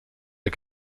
der